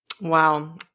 Wow